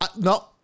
no